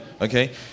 Okay